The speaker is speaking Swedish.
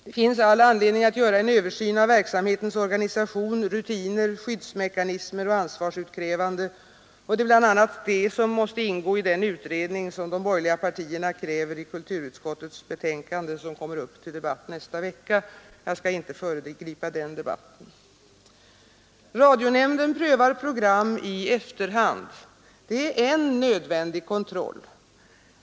Det finns all anledning att göra en översyn av verksamhetens organisation, rutiner, skyddsmekanismer och ansvarsutkrävande. Det är bl.a. detta som måste ingå i den utredning som de borgerliga partierna kräver i kulturutskottets betänkande, som kommer upp till debatt nästa vecka. Jag skall inte föregripa den debatten. Radionämnden prövar program i efterhand och det är en nödvändig kontroll.